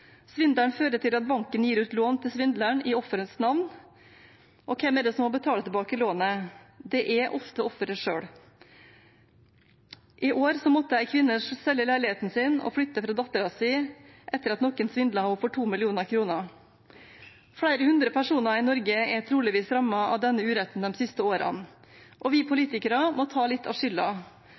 svindleren i offerets navn, og hvem er det som må betale tilbake lånet? Det er ofte offeret selv. I år måtte en kvinne selge leiligheten sin og flytte fra datteren sin etter at noen svindlet henne for 2 mill. kr. Flere hundre personer i Norge er trolig rammet av denne uretten de siste årene, og vi politikere må ta litt av